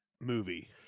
movie